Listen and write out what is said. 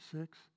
six